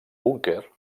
búnquer